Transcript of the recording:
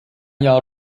jahr